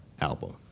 album